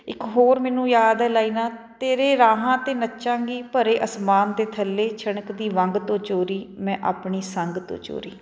ਇੱਕ ਹੋਰ ਮੈਨੂੰ ਯਾਦ ਹੈ ਲਾਈਨਾਂ ਤੇਰੇ ਰਾਹਾਂ 'ਤੇ ਨੱਚਾਂਗੀ ਭਰੇ ਅਸਮਾਨ ਦੇ ਥੱਲੇ ਛਣਕ ਦੀ ਵੰਗ ਤੋਂ ਚੋਰੀ ਮੈਂ ਆਪਣੀ ਸੰਗ ਤੋਂ ਚੋਰੀ